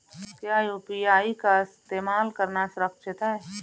क्या यू.पी.आई का इस्तेमाल करना सुरक्षित है?